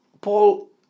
Paul